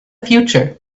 future